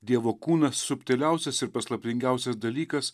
dievo kūnas subtiliausias ir paslaptingiausias dalykas